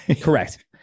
Correct